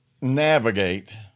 navigate